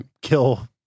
kill